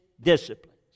disciplines